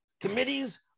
Committees